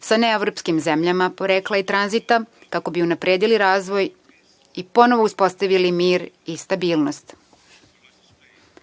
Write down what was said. sa neevropskim zemljama porekla i tranzita, kako bi unapredili razvoj i ponovo uspostavili mir i stabilnost.